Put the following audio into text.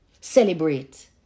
Celebrate